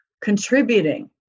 contributing